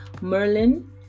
Merlin